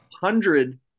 hundred